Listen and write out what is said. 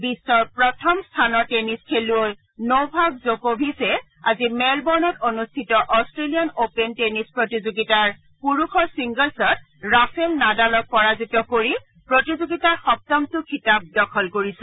বিশ্বৰ প্ৰথম স্থানৰ টেনিছ খেলুৱৈ নভাগ জ'ক'ভিছে আজি মেলবৰ্ণত অনুষ্ঠিত অট্টেলিয়ান অ'পেন টেনিছ প্ৰতিযোগিতাৰ পুৰুষৰ ছিংগলছত ৰাফেল নাডালক পৰাজিত কৰি প্ৰতিযোগিতাৰ সপ্তমটো খিতাপ দখল কৰিছে